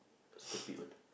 a stupid one lah